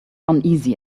uneasy